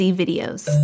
videos